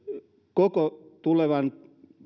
koko tulevan